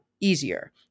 easier